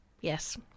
Yes